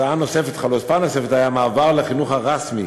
חלופה נוספת הייתה מעבר לחינוך הרשמי